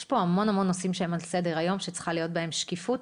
יש פה המון נושאים שהם על סדר היום שצריכה להיות בהם שקיפות.